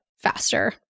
faster